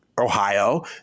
Ohio